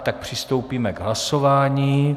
Tak přistoupíme k hlasování.